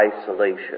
isolation